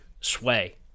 sway